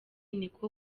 niko